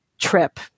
Trip